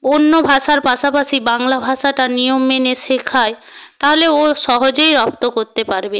অন্য ভাষার পাশাপাশি বাংলা ভাষাটা নিয়ম মেনে শেখাই তাহলে ও সহজেই রপ্ত করতে পারবে